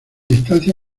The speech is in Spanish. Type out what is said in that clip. distancia